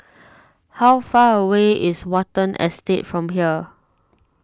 how far away is Watten Estate from here